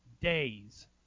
days